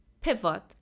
pivot